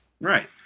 Right